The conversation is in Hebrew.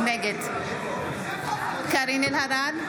נגד קארין אלהרר,